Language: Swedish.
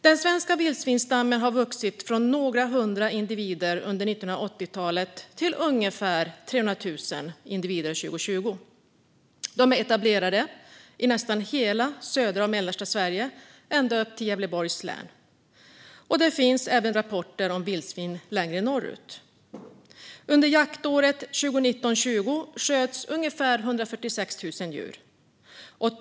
Den svenska vildsvinsstammen har vuxit från några hundra individer under 1980-talet till ungefär 300 000 individer 2020. De är etablerade i nästan hela södra och mellersta Sverige ända upp till Gävleborgs län. Det finns även rapporter om vildsvin längre norrut. Under jaktåret 2019/20 sköts ungefär 146 000 djur.